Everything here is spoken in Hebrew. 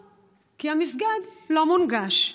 כי המסגד לא מונגש.